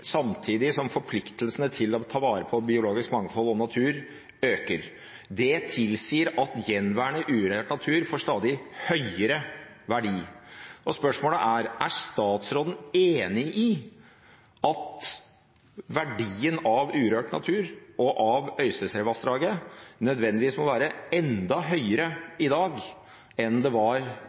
samtidig som forpliktelsene til å ta vare på biologisk mangfold og natur øker. Det tilsier at gjenværende urørt natur får stadig høyere verdi. Spørsmålet er: Er statsråden enig i at verdien av urørt natur og av Øystesevassdraget nødvendigvis må være enda høyere i dag enn den var